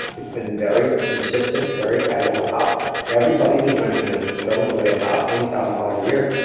it's been very consistent, very gradual, about everybody who's renting, has been throwing away about twenty thousand dollars a year,